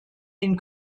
den